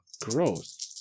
gross